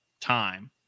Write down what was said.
time